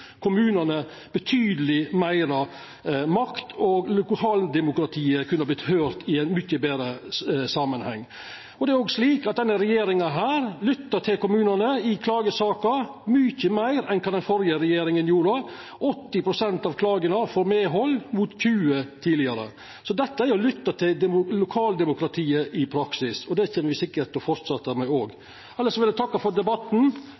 kommunane betydeleg meir makt, og lokaldemokratiet kunne vorte høyrt i ein mykje betre samanheng. Denne regjeringa lyttar mykje meir til kommunane i klagesaker enn det den førre regjeringa gjorde. 80 pst. av klagene får medhald, mot 20 pst. tidlegare. Så dette er å lytta til lokaldemokratiet i praksis, og det kjem me sikkert til å fortsetja med òg. Elles vil eg takka for debatten.